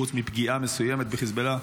חוץ מפגיעה מסוימת בחיזבאללה,